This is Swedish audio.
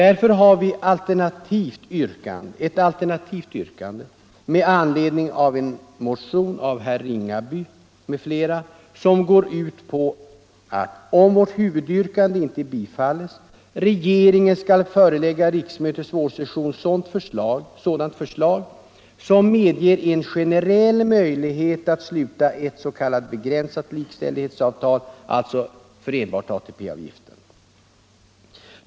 Därför har vi ett alternativt yrkande med anledning av en motion av herr Ringaby m.fl. som går ut på att, om vårt huvudyrkande inte bifalles, regeringen skall till våren förelägga riksmötet sådant förslag som medger en generell möjlighet att sluta ett s.k. begränsat likställighetsavtal, alltså för enbart ATP-avgiften.